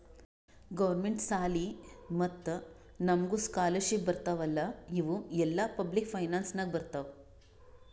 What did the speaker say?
government ಸಾಲಿ ಮತ್ತ ನಮುಗ್ ಸ್ಕಾಲರ್ಶಿಪ್ ಬರ್ತಾವ್ ಅಲ್ಲಾ ಇವು ಎಲ್ಲಾ ಪಬ್ಲಿಕ್ ಫೈನಾನ್ಸ್ ನಾಗೆ ಬರ್ತಾವ್